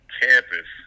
campus